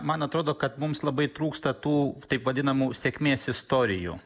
man atrodo kad mums labai trūksta tų taip vadinamų sėkmės istorijų